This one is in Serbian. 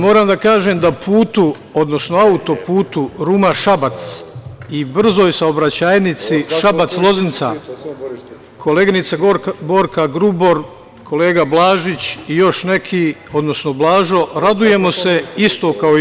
Moram da kažem da auto-putu Ruma-Šabac, i brzoj saobraćajnici Šabac-Loznica, koleginica Borka Grubor, kolega Blažić i još neki, odnosno Blažo, radujemo se isto kao i vi.